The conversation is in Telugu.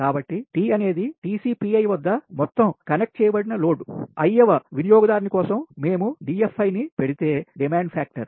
కాబట్టి T అనేది TCPi వద్ద మొత్తం కనెక్ట్ చేయబడిన లోడ్ i వ వినియోగదారుని కోసం మేము DFi ను పెడితే డిమాండ్ ఫ్యాక్టర్